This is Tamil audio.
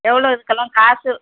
எவ்வளோ இதுக்கெல்லாம் காசு